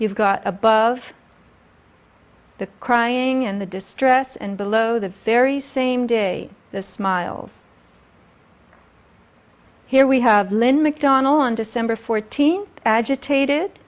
you've got above the crying and the distress and below the very same day the smiles here we have lynn mcdonnell on december fourteenth agitated